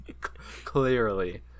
Clearly